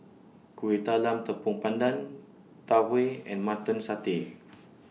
Kueh Talam Tepong Pandan Tau Huay and Mutton Satay